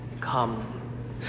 come